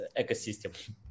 ecosystem